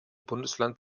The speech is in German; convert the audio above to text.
bundesland